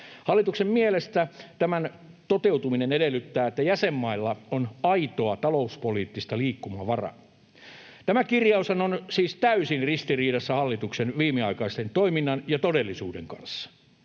Hallituksen mielestä tämän toteutuminen edellyttää, että jäsenmailla on aitoa talouspoliittista liikkumavaraa. Tämä kirjaushan on siis täysin ristiriidassa hallituksen viimeaikaisen toiminnan ja todellisuuden kanssa.